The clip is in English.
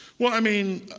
well, i mean